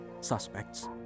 suspects